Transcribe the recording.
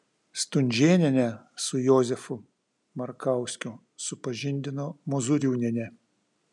stunžėnienę su jozefu markauskiu supažindino mozūriūnienė